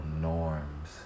norms